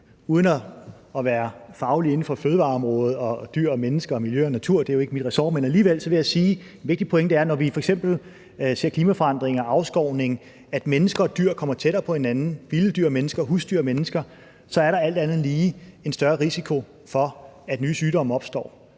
uden at være faglig inden for fødevareområdet, dyr og mennesker samt miljø og natur – det er jo ikke mit ressort – vil jeg alligevel sige, at en vigtig pointe er, at når vi f.eks. ser klimaforandring og afskovning og mennesker og dyr kommer tættere på hinanden, vilde dyr og mennesker, husdyr og mennesker, så er der alt andet lige en større risiko for, at nye sygdomme opstår.